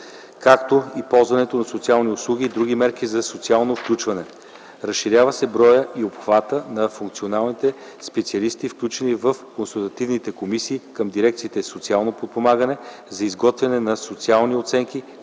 както и ползването на социални услуги и други мерки за социално включване. Разширява се броят и обхватът на функционалните специалисти, включени в консултативните комисии към дирекциите „Социално подпомагане” за изготвяне на социални оценки,